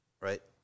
Right